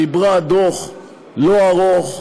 חיברה דוח לא ארוך,